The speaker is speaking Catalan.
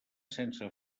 sense